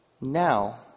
now